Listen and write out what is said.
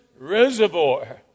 reservoir